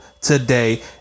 today